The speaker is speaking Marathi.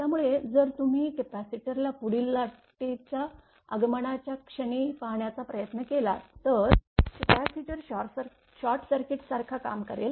त्यामुळे जर तुम्ही कपॅसिटरला पुढील लाटेच्या आगमनाच्या क्षणी पाहण्याचा प्रयत्न केलात तर कपॅसिटर शॉर्टसर्किट सारखा काम करेल